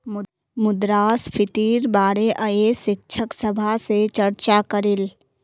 मुद्रास्फीतिर बारे अयेज शिक्षक सभा से चर्चा करिल